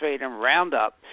Roundup